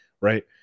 right